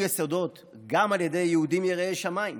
יסודות גם על ידי יהודים יראי שמיים,